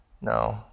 No